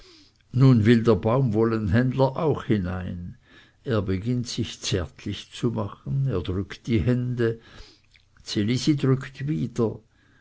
nun will der baumwollenhändler auch hinein er beginnt sich zärtlich zu machen er drückt die hände ds elisi drückt wieder